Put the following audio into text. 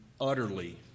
utterly